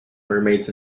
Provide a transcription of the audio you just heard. mermaids